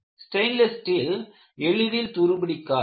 stainless steel எளிதில் துருப்பிடிக்காது